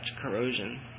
corrosion